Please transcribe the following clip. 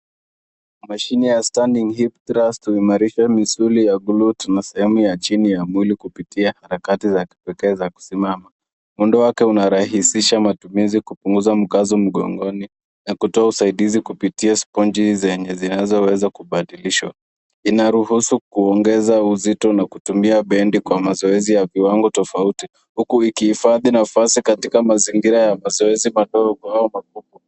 Mashine ya standing hio thrust huimarisha misuli ya kluti na sehemu ya chini ya mwili kupitia harakati za pekee za kusimama. Huondoa unarahisisha matumizi kupitia mgongoni na kutoa usaidizi kupitia sponji zenye zinazoweza kubadilishwa. Inaruhusu kuongeza uzito na kutumia bendi kwa mazoezi ya viwango tofauti huku ikihifadhi nafasi katika mazingira ya mazoezi madogo au makubwa.